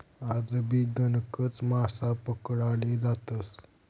आजबी गणकच मासा पकडाले जातस